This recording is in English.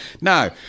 Now